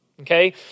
Okay